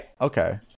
okay